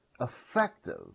effective